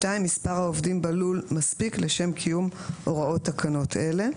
מספר העובדים בלול מספיק לשם קיום הוראות תקנות אלה.